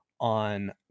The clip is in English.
on